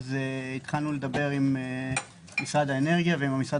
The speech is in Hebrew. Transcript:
התחלנו לדבר עם משרד האנרגיה ועם המשרד